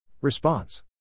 Response